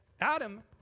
Adam